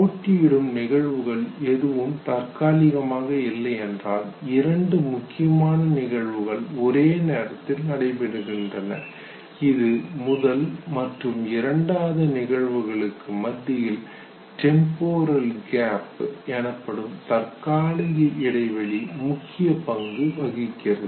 போட்டியிடும் நிகழ்வுகள் எதுவும் தற்காலிகமாக இல்லை என்றால் 2 முக்கியமான நிகழ்வுகள் ஒரே நேரத்தில் நடைபெறுகின்றன இது முதல் மற்றும் இரண்டாவது நிகழ்வுகளுக்கு மத்தியில் டெம்போரல் கேப் தற்காலிக இடைவெளி முக்கிய பங்கு வகிக்கும்